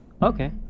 Okay